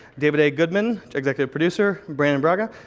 david a. goodman, executive producer, brannon braga,